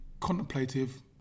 contemplative